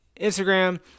Instagram